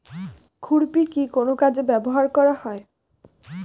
খুরপি কি কোন কাজে ব্যবহার করা হয়?